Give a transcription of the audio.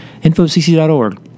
infocc.org